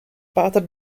pater